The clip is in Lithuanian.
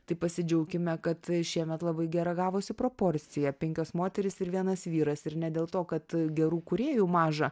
tai pasidžiaukime kad šiemet labai gera gavosi proporcija penkios moterys ir vienas vyras ir ne dėl to kad gerų kūrėjų maža